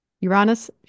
Uranus